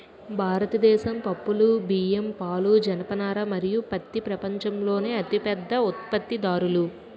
భారతదేశం పప్పులు, బియ్యం, పాలు, జనపనార మరియు పత్తి ప్రపంచంలోనే అతిపెద్ద ఉత్పత్తిదారులు